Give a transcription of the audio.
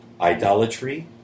idolatry